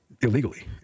illegally